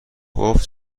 گفت